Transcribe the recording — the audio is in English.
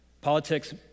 Politics